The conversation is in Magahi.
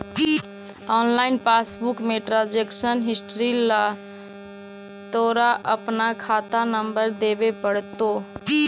ऑनलाइन पासबुक में ट्रांजेक्शन हिस्ट्री ला तोरा अपना खाता नंबर देवे पडतो